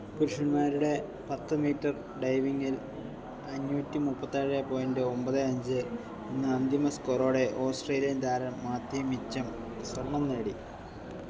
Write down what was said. പുരുഷന്മാരുടെ പത്ത് മീറ്റർ ഡൈവിംഗിൽ അഞ്ഞൂറ്റി മുപ്പത്തിയേഴ് പോയിന്റ് ഒമ്പത് അഞ്ച് എന്ന അന്തിമ സ്കോറോടെ ഓസ്ട്രേലിയൻ താരം മാത്യു മിച്ചം സ്വർണം നേടി